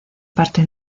parte